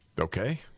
Okay